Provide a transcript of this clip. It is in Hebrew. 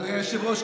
אדוני היושב-ראש,